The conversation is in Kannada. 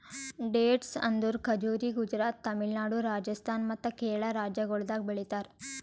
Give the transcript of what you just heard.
ಡೇಟ್ಸ್ ಅಂದುರ್ ಖಜುರಿ ಗುಜರಾತ್, ತಮಿಳುನಾಡು, ರಾಜಸ್ಥಾನ್ ಮತ್ತ ಕೇರಳ ರಾಜ್ಯಗೊಳ್ದಾಗ್ ಬೆಳಿತಾರ್